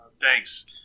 Thanks